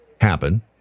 happen